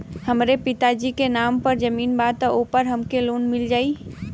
हमरे पिता जी के नाम पर जमीन बा त ओपर हमके लोन मिल जाई?